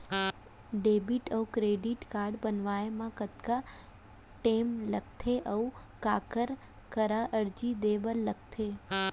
Debit अऊ credit card बनवाए मा कतका टेम लगथे, अऊ काखर करा अर्जी दे बर लगथे?